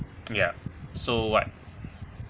ya so what